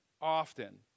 often